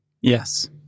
Yes